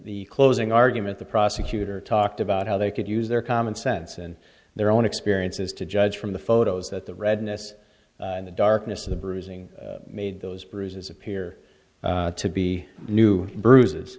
the closing argument the prosecutor talked about how they could use their common sense and their own experiences to judge from the photos that the redness and the darkness of the bruising made those bruises appear to be new